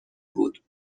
بود